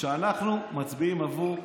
אמרתי